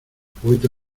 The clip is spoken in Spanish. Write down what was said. poeta